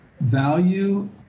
value